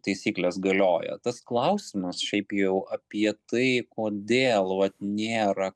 taisyklės galioja tas klausimas šiaip jau apie tai kodėl vat nėra